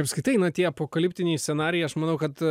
apskritai na tie apokaliptiniai scenarijai aš manau kad